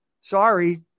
Sorry